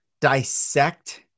dissect